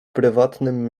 prywatnym